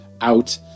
out